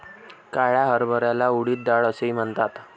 काळ्या हरभऱ्याला उडीद डाळ असेही म्हणतात